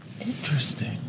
Interesting